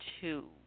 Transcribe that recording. two